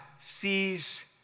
sees